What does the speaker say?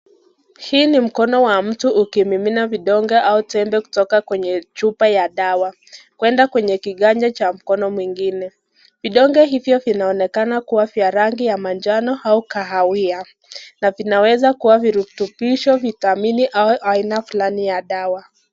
Hii ni mkono wa mtu ukimimina vidonge au tembe kutika kwenye chupa ya dawa kuenda kwenye kiganja cha mkono mwingine, vidonge hivo vinaonekana kuwa vya rangi ya manjano au kahawia na vinaweza kuwa virutubisho, vitamini au aina fulani ya dawa.